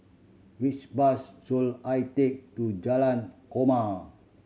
which bus should I take to Jalan Korma